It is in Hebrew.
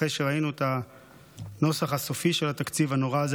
אחרי שראינו את הנוסח הסופי של התקציב הנורא הזה,